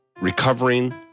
recovering